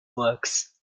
works